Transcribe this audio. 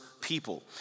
people